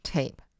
Tape